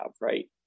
right